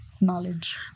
knowledge